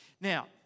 Now